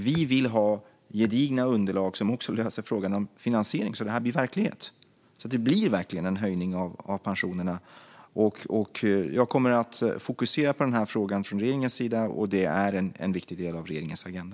Vi vill ha gedigna underlag som också löser frågan om finansiering så att det blir verklighet, så att det verkligen blir en höjning av pensionerna. Jag kommer att fokusera på den frågan från regeringens sida. Det är en viktig del av regeringens agenda.